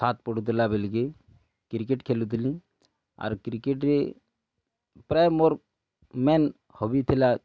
ସାତ୍ ପଢ଼ୁଥିଲା ବେଲିକେ କ୍ରିକେଟ୍ ଖେଲୁଥିଲି ଆର୍ କ୍ରିକେଟରେ ପ୍ରାୟ ମୋର୍ ମେନ୍ ହବି ଥିଲା